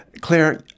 Claire